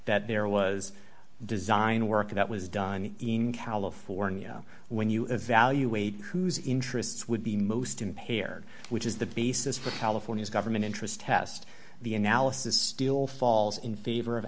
that there was design work that was done in california when you evaluate whose interests would be most impaired which is the basis for california's government interest test the analysis still falls in favor of